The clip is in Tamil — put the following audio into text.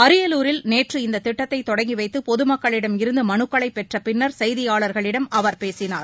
அரியலூரில் நேற்று இந்த திட்டத்தை தொடங்கி வைத்து பொதுமக்களிடமிருந்து மனுக்களை பெற்ற பின்னர் செய்தியாளர்களிடம் அவர் பேசினார்